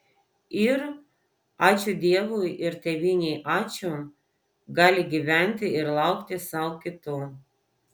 ir ačiū dievui ir tėvynei ačiū gali gyventi ir laukti sau kitų